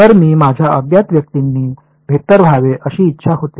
तर मी माझ्या अज्ञात व्यक्तींनी वेक्टर व्हावे अशी इच्छा होती